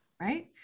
Right